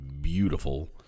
beautiful